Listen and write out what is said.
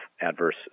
adverse